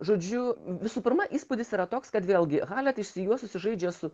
žodžiu visų pirma įspūdis yra toks kad vėlgi halet išsijuosusi žaidžia su